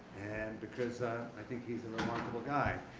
and because i think he's a remarkable guy.